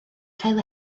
cael